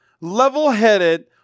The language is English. level-headed